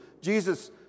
Jesus